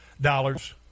dollars